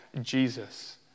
Jesus